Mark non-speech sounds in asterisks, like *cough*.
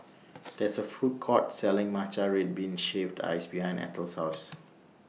There IS A Food Court Selling Matcha Red Bean Shaved Ice behind Eithel's House *noise*